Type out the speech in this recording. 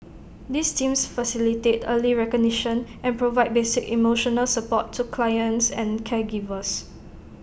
these teams facilitate early recognition and provide basic emotional support to clients and caregivers